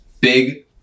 big